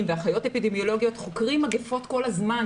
ואחיות אפידמיולוגיות חוקרים מגיפות כל הזמן.